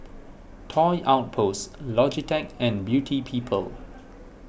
Toy Outpost Logitech and Beauty People